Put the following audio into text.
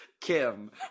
Kim